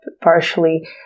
partially